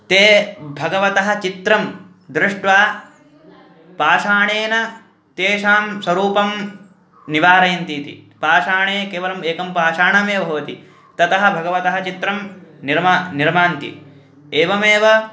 ते भगवतः चित्रं दृष्ट्वा पाषाणेन तेषां स्वरूपं निवारयन्ति इति पाषाणे केवलम् एकं पाषाणमेव भवति ततः भगवतः चित्रं निर्मा निर्मान्ति एवमेव